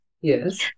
Yes